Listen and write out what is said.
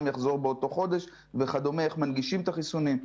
יחזור באותו חודש וכדומה איך מנגישים את החיסונים.